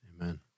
Amen